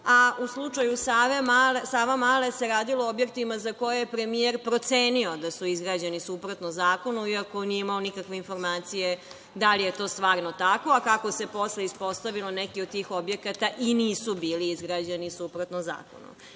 a u slučaju Savamale se radilo o objektima za koje je premijer procenio da su izgrađeni suprotno zakonu, iako nije imao nikakve informacije da li je to stvarno tako, a kako se posle ispostavilo, neki od tih objekata i nisu bili izgrađeni suprotno zakonom. Ovde